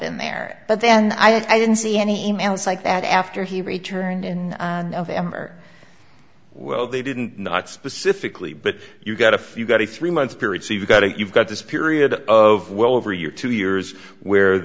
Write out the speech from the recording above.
in there but then i didn't see any e mails like that after he returned in november well they didn't not specifically but you got a few got a three month period so you got it you've got this period of well over a year two years where